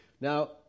Now